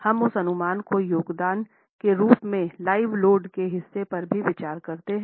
हम उस अनुमान को योगदान के रूप में लाइव लोड के हिस्से पर भी विचार करते हैं